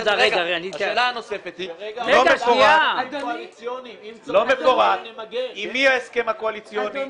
לא מפורט עם מי ההסכם הקואליציוני,